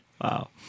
Wow